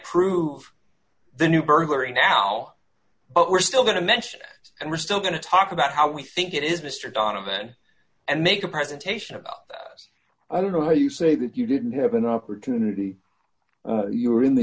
prove the new burglary now but we're still going to mention it and we're still going to talk about how we think it is mr donovan and make a presentation i don't know how you say that you didn't have an opportunity you were in the